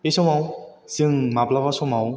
बे समाव जों माब्लाबा समाव